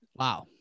Wow